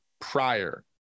prior